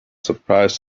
surprised